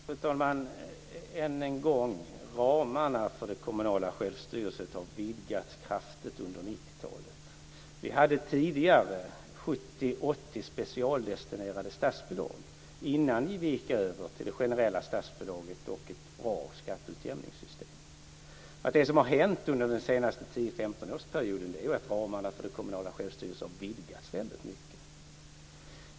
Fru talman! Än en gång: Ramarna för den kommunala självstyrelsen har vidgats kraftigt under 90 talet. Vi hade tidigare 70-80 specialdestinerade statsbidrag innan vi gick över till det generella statsbidraget och ett bra skatteutjämningssystem. Det som har hänt under den senaste 10-15-årsperioden är ju att ramarna för den kommunala självstyrelsen har vidgats mycket.